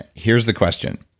here's the question,